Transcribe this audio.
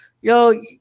yo